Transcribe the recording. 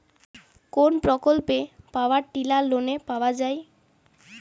কোন প্রকল্পে power tiller লোনে পাওয়া য়ায়?